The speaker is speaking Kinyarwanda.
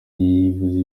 yivuze